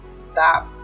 stop